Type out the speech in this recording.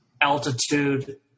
altitude